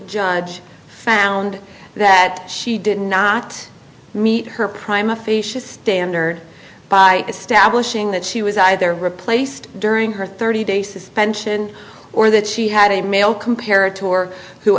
judge found that she did not meet her prime officious standard by establishing that she was either replaced during her thirty day suspension or that she had a male compare a tour who